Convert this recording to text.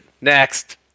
Next